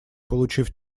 получив